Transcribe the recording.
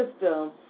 system